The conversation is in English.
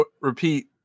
repeat